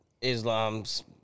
Islam's